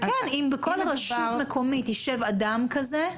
זה כן, אם בכל רשות מקומית יישב אדם כזה.